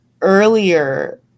earlier